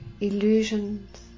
illusions